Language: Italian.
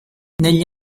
negli